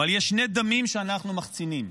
אבל יש שני דמים שאנחנו מחצינים: